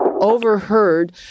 overheard